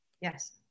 Yes